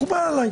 מקובל עליי.